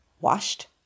washed